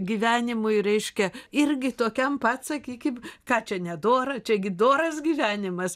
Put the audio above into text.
gyvenimui reiškia irgi tokiam pat sakykim ką čia nedora čia gi doras gyvenimas